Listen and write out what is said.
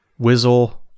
Whizzle